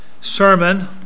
Sermon